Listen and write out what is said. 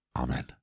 Amen